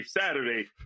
Saturday